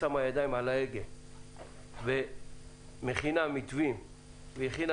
ושמה ידיים על ההגה והכינה מתווים לפיצוי,